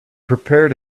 prepared